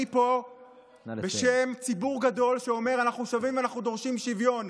אני פה בשם ציבור גדול שאומר: אנחנו שווים ואנחנו דורשים שוויון.